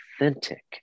authentic